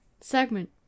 segment